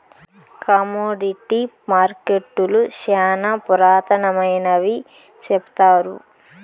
commodity మార్కెట్టులు శ్యానా పురాతనమైనవి సెప్తారు